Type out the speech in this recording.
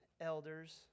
elders